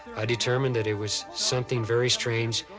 i determined that it was something very strange,